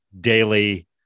daily